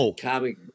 comic